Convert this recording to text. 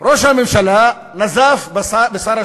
שום ניסיון להפחיד אותנו,